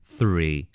Three